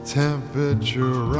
temperature